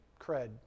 cred